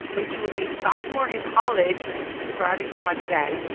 when she was a sophomore in college because she was thriving so much then,